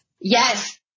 Yes